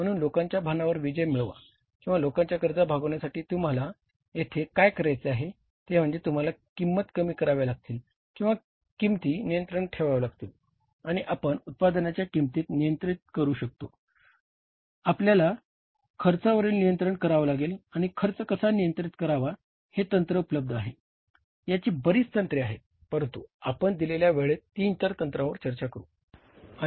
म्हणून लोकांच्या भावनांवर विजय मिळवा किंवा लोकांच्या गरजा भागवण्यासाठी तुम्हाला येथे काय करायचे आहे ते म्हणजे तुम्हाला किंमती कमी कराव्या लागतील किंवा किंमती नियंत्रणात ठेवाव्या लागतील आणि आपण उत्पादनांच्या किंमती नियंत्रित करू इच्छित असल्यास आपल्यावरील खर्च नियंत्रित करावा लागेल आणि खर्च कसा नियंत्रित करावा हे तंत्र उपलब्ध आहे याची बरीच तंत्रे आहेत परंतु आपण दिलेल्या वेळेत तीन चार तंत्रांवर चर्चा करू